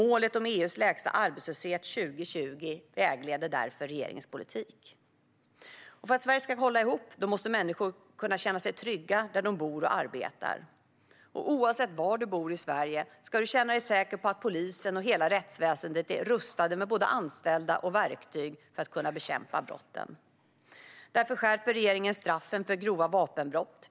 Målet om EU:s lägsta arbetslöshet 2020 vägleder därför regeringens politik. För att Sverige ska hålla ihop måste människor kunna känna sig trygga där de bor och arbetar. Oavsett var man bor i Sverige ska man känna sig säker på att polisen och hela rättsväsendet är rustade med både anställda och verktyg för att kunna bekämpa brotten. Därför skärper regeringen straffen för grova vapenbrott.